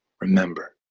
remember